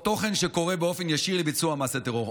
או תוכן שקורא באופן ישיר לביצוע מעשה טרור,